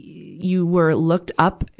you were looked up,